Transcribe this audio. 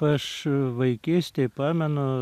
aš vaikystėj pamenu